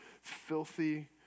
filthy